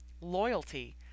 Loyalty